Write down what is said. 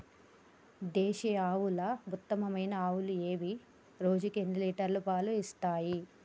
దేశీయ ఆవుల ఉత్తమమైన ఆవులు ఏవి? రోజుకు ఎన్ని లీటర్ల పాలు ఇస్తాయి?